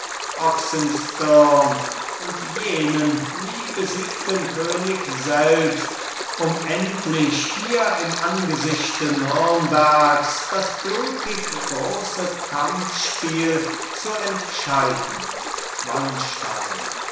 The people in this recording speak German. oxenstirn und jenen nie besiegten könig selbst um endlich hier im angesichte nürnbergs das blutig große kampfspiel zu entscheiden wallenstein